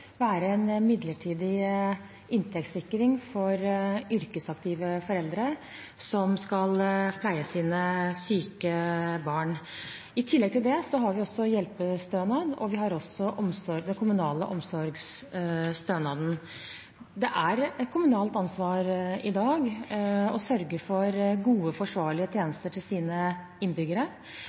være en midlertidig inntektssikring for yrkesaktive foreldre som skal pleie sine syke barn. I tillegg til det har vi hjelpestønad og den kommunale omsorgsstønaden. Det er et kommunalt ansvar i dag å sørge for gode og forsvarlige tjenester til sine innbyggere.